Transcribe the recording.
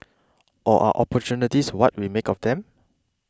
or are opportunities what we make of them